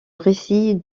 récit